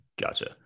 Gotcha